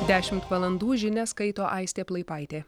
dešimt valandų žinias skaito aistė plaipaitė